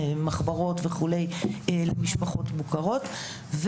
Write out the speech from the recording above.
מחברות וכו' למשפחות מוכרות.